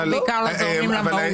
בעיקר לא זורמים למהות.